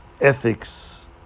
ethics